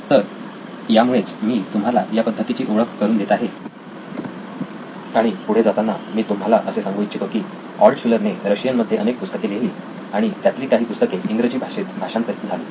तर यामुळेच मी तुम्हाला या पद्धतीची ओळख करून देत आहे आणि पुढे जाताना मी तुम्हाला असे सांगू इच्छितो की ऑल्टशुलर ने रशियन मध्ये अनेक पुस्तके लिहिली आणि त्यातली काही पुस्तके इंग्रजी भाषेत भाषांतरित झाली